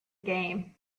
game